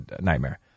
nightmare